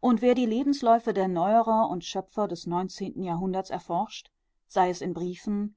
und wer die lebensläufe der neuerer und schöpfer des neunzehnten jahrhunderts erforscht sei es in briefen